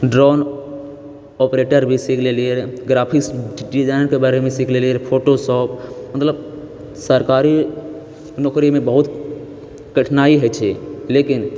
drone operator भी सीख लेलियैरऽ ग्राफ़िक्स डिजाइनरके बारेमे सीख लेलियैरऽ फोटो शॉप मतलब सरकारी नौकरीमे बहुत कठिनाइ होइ छै लेकिन